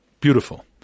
beautiful